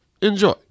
Enjoy